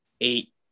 eight